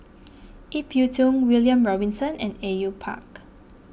Ip Yiu Tung William Robinson and A U Yue Pak